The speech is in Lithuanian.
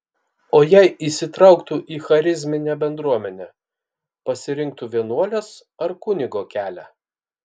o jei įsitrauktų į charizminę bendruomenę pasirinktų vienuolės ar kunigo kelią